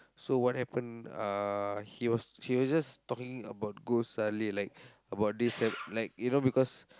so what happen uh he was he was just talking about ghost suddenly like about this like you know because